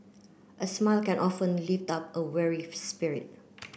a smile can often lift up a weary spirit